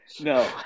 No